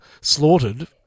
slaughtered